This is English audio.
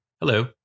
Hello